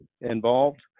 involved